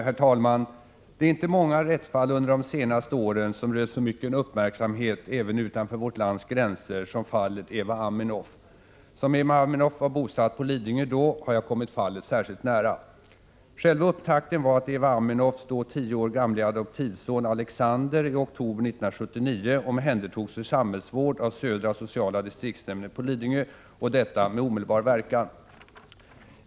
Herr talman! Det är inte många rättsfall under de senaste åren som rönt så mycken uppmärksamhet — även utanför vårt lands gränser — som fallet Eva Aminoff. Som Eva Aminoff var bosatt på Lidingö då, har jag kommit fallet särskilt nära. Själva upptakten var att Eva Aminoffs då tio år gamla adoptivson Alexander i oktober 1979 omhändertogs för samhällsvård av södra sociala distriktsnämnden på Lidingö, och detta med omedelbar verkan.